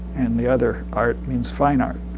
and the other art means fine art.